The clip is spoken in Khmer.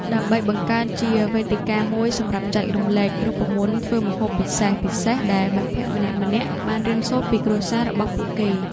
ដើម្បីបង្កើតជាវេទិកាមួយសម្រាប់ចែករំលែករូបមន្តធ្វើម្ហូបពិសេសៗដែលមិត្តភក្តិម្នាក់ៗបានរៀនសូត្រពីគ្រួសាររបស់ពួកគេ។